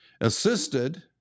Assisted